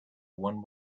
one